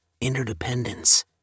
interdependence